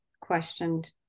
questioned